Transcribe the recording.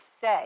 say